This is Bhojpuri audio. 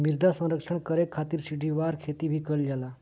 मृदा संरक्षण करे खातिर सीढ़ीदार खेती भी कईल जाला